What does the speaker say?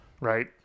Right